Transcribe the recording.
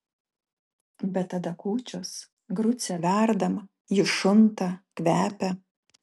bet tada kūčios grucę verdam ji šunta kvepia